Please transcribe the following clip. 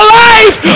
life